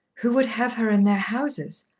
who would have her in their houses?